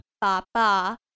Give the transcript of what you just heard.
Papa